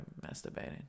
masturbating